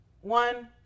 one